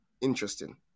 Interesting